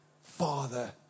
father